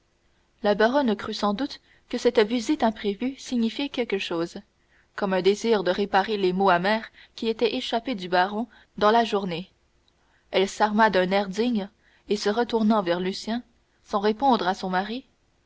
la baronne crut sans doute que cette visite imprévue signifiait quelque chose comme un désir de réparer les mots amers qui étaient échappés au baron dans la journée elle s'arma d'un air digne et se retournant vers lucien sans répondre à son mari